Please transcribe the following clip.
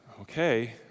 Okay